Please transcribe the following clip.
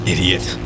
Idiot